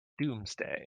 doomsday